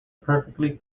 perfectly